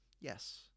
Yes